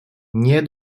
nie